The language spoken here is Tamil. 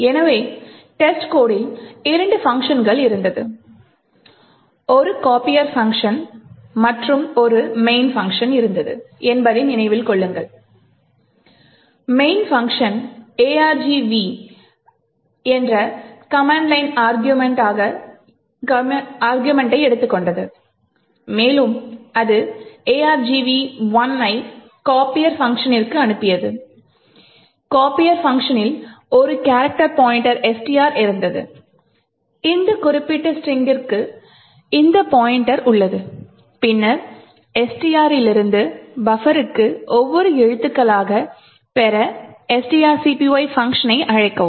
எனவே டெஸ்ட்கோடில் இரண்டு பங்க்ஷன்கள் இருந்தது ஒரு கோபியர் பங்க்ஷன் மற்றும் ஒரு main பங்க்ஷன் இருந்தது என்பதை நினைவில் கொள்ளுங்கள் main பங்க்ஷன் argv ஐ கமெண்ட் லைன் அருகுமெண்ட்டாக எடுத்துக்கொண்டது மேலும் இது argv1 ஐ கோபியர் பங்க்ஷனிற்கு அனுப்பியது கோபியர் பங்க்ஷனில் ஒரு கேரக்டர் பாய்ண்ட்டர் STR இருந்தது இந்த குறிப்பிட்ட ஸ்ட்ரிங்கிற்கு இந்த பாய்ண்ட்டர் உள்ளது பின்னர் STR இலிருந்து பஃபருக்கு ஒவ்வொரு எழுத்துக்களாக பெற strcpy பங்க்ஷனை அழைக்கவும்